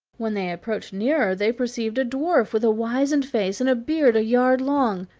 when they approached nearer they perceived a dwarf with a wizened face and a beard a yard long.